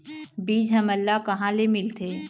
बीज हमन ला कहां ले मिलथे?